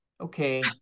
Okay